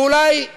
ואולי זה